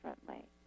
differently